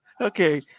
Okay